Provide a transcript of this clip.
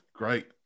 Great